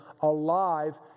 alive